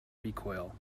recoil